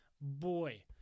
Boy